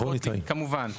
כמובן.